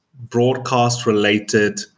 broadcast-related